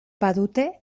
badute